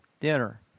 dinner